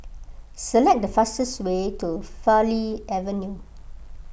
select the fastest way to Farleigh Avenue